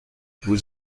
vous